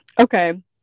okay